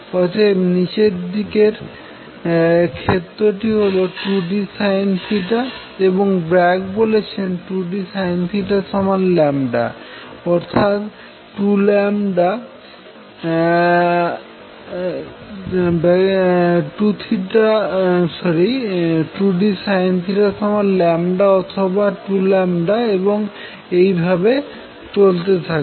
অতএব নিচের ক্ষেত্রটি হল 2dSinθ এবং ব্রাগ বলেছেন যে 2dSinθλ অথবা 2 এবং এইভাবে চলতে থাকবে